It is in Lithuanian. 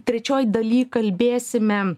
trečioj daly kalbėsime